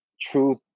truth